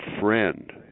friend